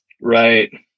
Right